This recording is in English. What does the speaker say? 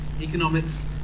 economics